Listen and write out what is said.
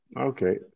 Okay